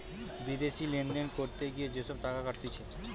বিদেশি লেনদেন করতে গিয়ে যে সব টাকা কাটতিছে